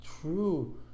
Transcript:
true